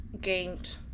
gained